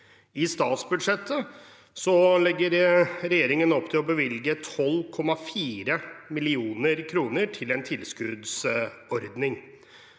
I statsbudsjettet legger regjeringen opp til å bevilge 12,4 mill. kr til en tilskuddsordning.